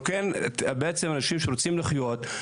אנחנו בעצם אנשים שרוצים לחיות,